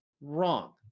Wrong